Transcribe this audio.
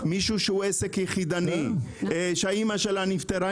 מישהו שהוא עסק יחידני ואחד ההורים נפטר,